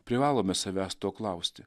privalome savęs to klausti